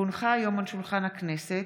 כי הונחה היום על שולחן הכנסת,